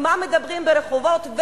ומה מדברים ברחובות,